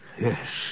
Yes